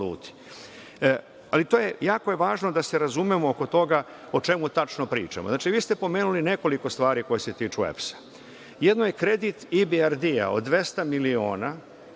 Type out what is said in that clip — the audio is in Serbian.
je važno da se razumemo oko toga o čemu tačno pričamo. Znači, vi ste pomenuli nekoliko stvari koje se tiču EPS-a. Jedno je kredit EBRD-a od 200 miliona